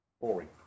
Boring